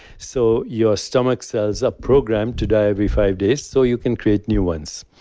so your stomach sets a program today, every five days, so you can create new ones.